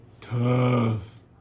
Tough